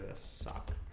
ah subbed